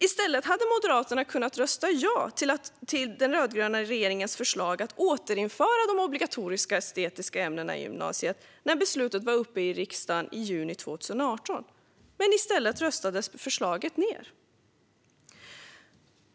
Moderaterna hade i stället kunnat rösta ja till den rödgröna regeringens förslag att återinföra de obligatoriska estetiska ämnena i gymnasiet när beslutet var uppe i riksdagen i juni 2018, men förslaget röstades ned.